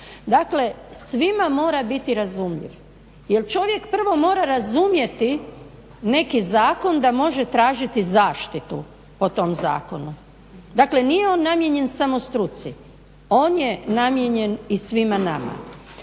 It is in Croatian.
čovjek prvo mora biti razumljiv, jer čovjek prvo mora razumjeti neki zakon da može tražiti zaštitu po tom zakonu. Dakle nije on namijenjen samo struci, on je namijenjen i svima nama.